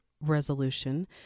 resolution